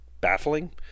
baffling